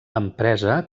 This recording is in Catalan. empresa